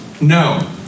No